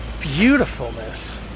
beautifulness